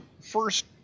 first